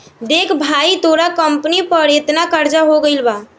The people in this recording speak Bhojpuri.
देख भाई तोरा कंपनी पर एतना कर्जा हो गइल बा